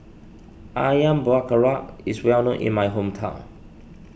Ayam Buah Keluak is well known in my hometown